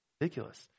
ridiculous